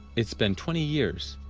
it's been twenty years,